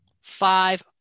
five